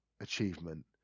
achievement